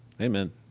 Amen